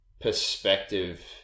perspective